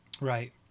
Right